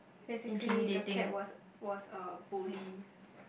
basically the cat was was a bully